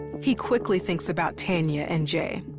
he quickly thinks about tanya and jay.